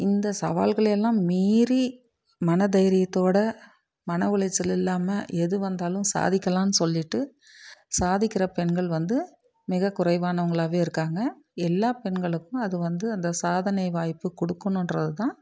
இந்த சவால்களயெல்லாம் மீறி மன தைரியத்தோடய மன உளைச்சல் இல்லாமல் எது வந்தாலும் சாதிக்கலான்னு சொல்லிகிட்டு சாதிக்கின்ற பெண்கள் வந்து மிக குறைவானவங்களாவே இருக்காங்க எல்லா பெண்களுக்கும் அது வந்து அந்த சாதனை வாய்ப்பு கொடுக்கணுன்றது தான்